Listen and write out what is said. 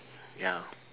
ya